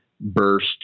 burst